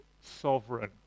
sovereign